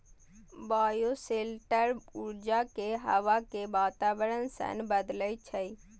bioshelter ऊर्जा कें हवा के वातावरण सं बदलै छै